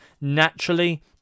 naturally